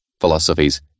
philosophies